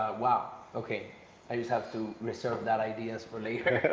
wow. okay. i just have to reserve that ideas for me,